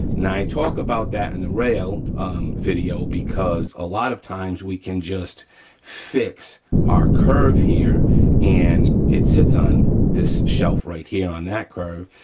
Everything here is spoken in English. now i talk about that in the rail video because a lot of times we can just fix our curve here and it sits on this shelf right here on that curve.